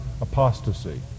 apostasy